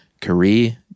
Career